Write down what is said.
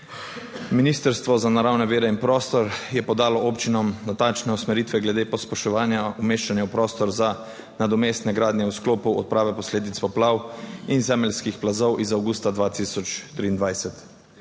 Ministrstvo za naravne vire in prostor je podalo občinam natančne usmeritve glede pospeševanja umeščanja v prostor za nadomestne gradnje v sklopu odprave posledic poplav in zemeljskih plazov iz avgusta 2023.